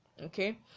okay